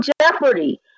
jeopardy